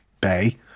bay